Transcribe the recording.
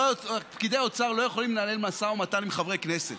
פקידי האוצר לא יכולים לנהל משא ומתן עם חברי כנסת.